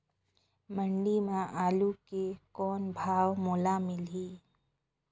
मंडी म आलू के कौन भाव मोल मिलही?